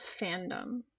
fandom